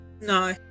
No